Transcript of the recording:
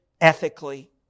ethically